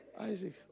Isaac